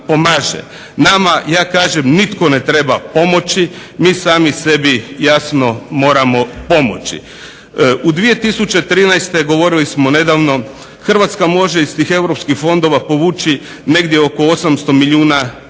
Nama ja kažem nitko ne treba pomoći, mi sami sebi jasno moramo pomoći. U 2013. govorili smo nedavno Hrvatska može iz tih Europskih fondova povući negdje oko 800 milijuna eura